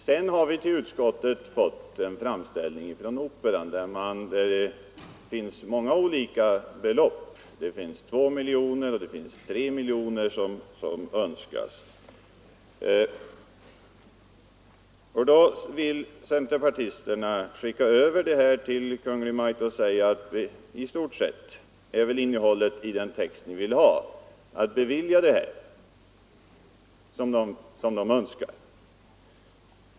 Sedan har vi till utskottet fått en framställning från Operan där det nämns olika belopp. Det är 2 miljoner kronor och det är 3 miljoner kronor som önskas. Centerpartisterna vill skicka över detta till Kungl. Maj:t och säga att det i stort sett är vad man vill bevilja.